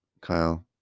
Kyle